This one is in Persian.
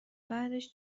بعدش